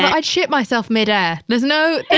i'd shit myself midair. there's no and